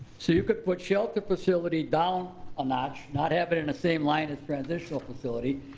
so you could put shelter facility down a notch, not have it in the same line as transitional facility,